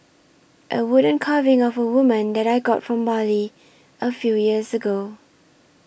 a wooden carving of a woman that I got from Bali a few years ago